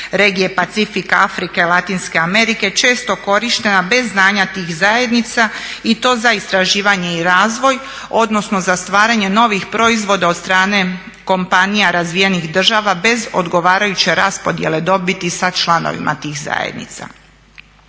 regije Pacifika, Afrike, latinske Amerike često korištena bez znanja tih zajednica i to za istraživanje i razvoj odnosno za stvaranje novih proizvoda od strane kompanija razvijenih država bez odgovarajuće raspodjele dobiti sa članovima tih zajednica.